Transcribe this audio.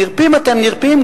"נרפים אתם נרפים",